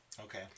Okay